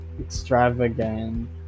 extravagant